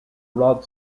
rod